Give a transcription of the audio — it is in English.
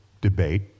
debate